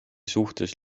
suhtes